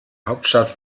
hauptstadt